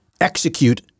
execute –